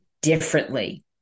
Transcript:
differently